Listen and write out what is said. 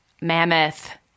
mammoth